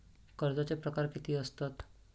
कर्जाचे प्रकार कीती असतत?